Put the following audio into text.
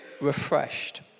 refreshed